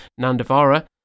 Nandavara